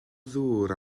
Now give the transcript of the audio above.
ddŵr